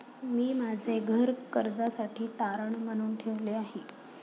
मी माझे घर कर्जासाठी तारण म्हणून ठेवले आहे